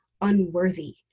unworthy